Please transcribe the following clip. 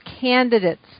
candidates